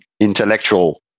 intellectual